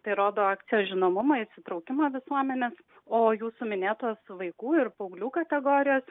tai rodo akcijos žinomumą įsitraukimą visuomenės o jūsų minėtos vaikų ir paauglių kategorijos